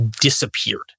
disappeared